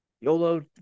YOLO